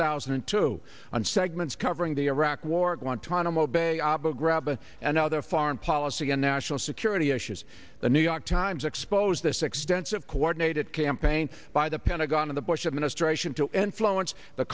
thousand and two on segments covering the iraq war guantanamo bay aba grab and other foreign policy and national security issues the new york times expose this extensive coordinated campaign by the pentagon of the bush administration to end fluence the